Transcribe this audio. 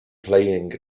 playing